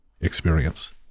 experience